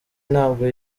ntabwo